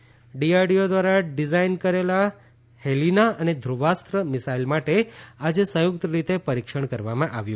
DRDO Helina DRDO દ્વારા design કરેલા હેલિના અને ધુવાસ્ત્ર મિસાઇલ માટે આજે સંયુક્ત રીતે પરિક્ષણ કરવામાં આવ્યું